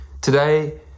Today